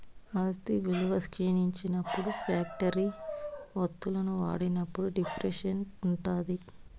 ఆస్తి విలువ క్షీణించినప్పుడు ఫ్యాక్టరీ వత్తువులను వాడినప్పుడు డిప్రిసియేషన్ ఉంటాది